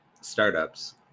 startups